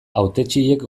hautetsiek